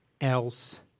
else